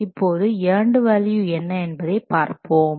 இப்போது and value என்ன என்பதை பார்ப்போம்